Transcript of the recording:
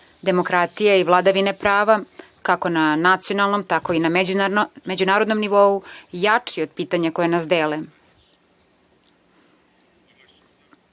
demokratija i vladavina prava, kako na nacionalnom, tako i na međunarodnom nivou, jače je od pitanja koje nas